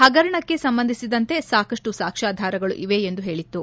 ಹಗರಣಕ್ಕೆ ಸಂಬಂಧಿಸಿದಂತೆ ಸಾಕಷ್ಟು ಸಾಕ್ಷ್ವಾಧಾರಗಳು ಇವೆ ಎಂದು ಹೇಳಿತು